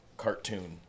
cartoon